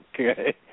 Okay